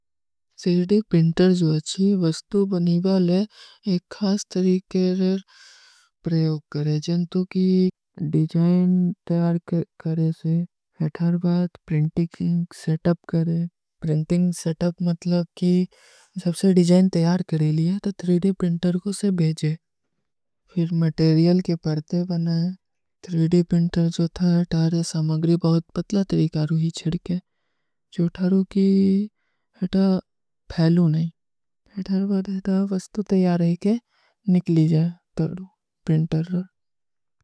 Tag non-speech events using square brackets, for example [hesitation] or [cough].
ପିଂଟର ଜୋ ଅଚ୍ଛୀ ଵସ୍ତୁ ବନୀ ବାଲ ହୈ, ଏକ ଖାସ ତରୀକେ ପ୍ରଯୋଗ କରେଂ। ଜନ୍ତୋ କୀ [hesitation] ଡିଜାଇନ ତୈଯାର କରେଂ ସେ, ଅଥାର ବାଦ ପ୍ରିଂଟିକ ସେଟ ଅପ କରେଂ। ପ୍ରିଂଟିକ ସେଟ ଅପ ମତଲବ କୀ, ଜବ ସେ ଡିଜାଇନ ତୈଯାର କରେଂ ଲିଏ, ତୋ ପ୍ରିଂଟର କୋ ସେ ବେଜେ। ଫିର ମୈଂଟେରିଯଲ କେ ପର୍ତେ ବନା ହୈଂ, ପ୍ରିଂଟର ଜୋ ଥାର ସମଗରୀ ବହୁତ ପତଲା ତରୀକାରୂ ହୀ ଚିଡକେଂ। ଜୋ ଥାରୂ କୀ ଅଥା ଫୈଲୋ ନହୀଂ। ଅଥାର ବାଦ ଅଥା ଵସ୍ତୁ ତୈଯାର ହୈ କେ ନିକଲୀ ଜାଏ ତରୂ, ପ୍ରିଂଟରର।